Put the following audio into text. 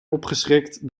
opgeschrikt